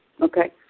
Okay